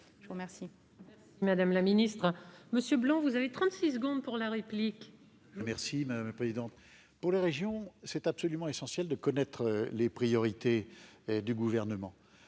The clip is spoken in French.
Je vous remercie